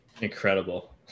Incredible